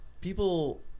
people